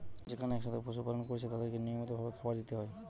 যেখানে একসাথে পশু পালন কোরছে তাদেরকে নিয়মিত ভাবে খাবার দিতে হয়